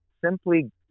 simply